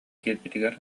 киирбитигэр